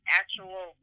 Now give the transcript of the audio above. actual